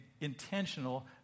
intentional